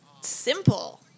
simple